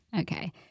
Okay